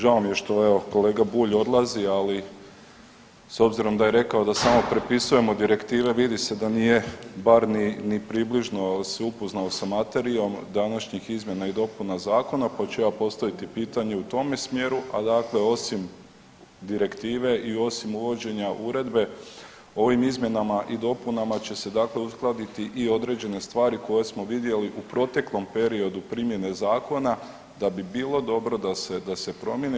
Žao mi je što evo kolega Bulj odlazi, ali s obzirom da je rekao da samo prepisujemo direktive vidi se da nije bar ni približno se upoznao sa materijom današnjih izmjena i dopuna zakona, pa ću ja postaviti pitanje u tome smjeru a dakle osim direktive i osim uvođenja uredbe ovim izmjenama i dopunama će se, dakle uskladiti i određene stvari koje smo vidjeli u proteklom periodu primjene zakona da bi bilo dobro da se promijene.